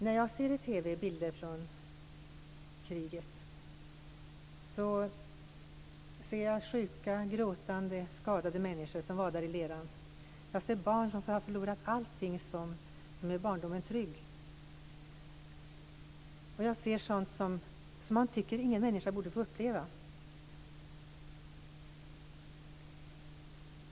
När jag i TV ser bilder från kriget ser jag sjuka, gråtande, skadade människor som vadar i leran. Jag ser barn som har förlorat allting som gör barndomen trygg. Jag ser sådant som man tycker att ingen människa borde få uppleva.